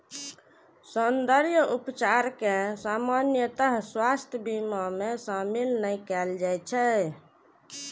सौंद्रर्य उपचार कें सामान्यतः स्वास्थ्य बीमा मे शामिल नै कैल जाइ छै